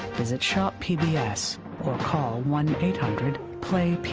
visit shoppbs or call one eight hundred play pbs.